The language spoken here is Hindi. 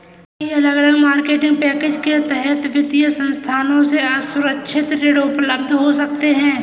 कई अलग अलग मार्केटिंग पैकेज के तहत वित्तीय संस्थानों से असुरक्षित ऋण उपलब्ध हो सकते हैं